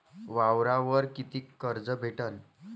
वावरावर कितीक कर्ज भेटन?